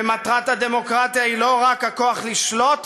ומטרת הדמוקרטיה היא לא רק הכוח לשלוט,